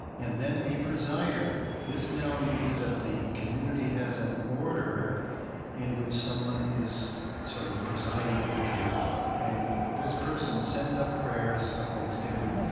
and then a presider. this now means that the community has an order in which someone is sort of presiding at the table. and this person sends up prayers of thanksgiving.